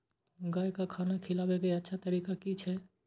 गाय का खाना खिलाबे के अच्छा तरीका की छे?